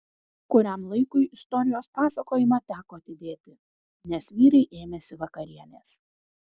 kuriam laikui istorijos pasakojimą teko atidėti nes vyrai ėmėsi vakarienės